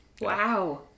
Wow